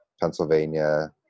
Pennsylvania